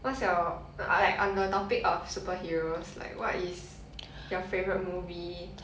what's your like on the topic of superheroes like what is your favorite movie